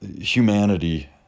humanity